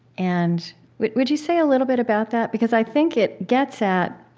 and would would you say a little bit about that? because i think it gets at